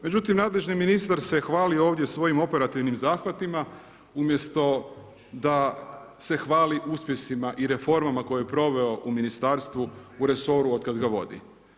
Međutim, nadležni ministar se hvali ovdje svojim operativnim zahvatima, umjesto da se hvali uspjesima i reformama koje je proveo u ministarstvu u resoru od kad ga vodi.